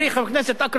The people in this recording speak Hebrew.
על בעיה כואבת,